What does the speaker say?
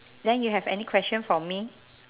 then you have any question for me